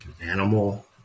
animal